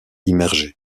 immergés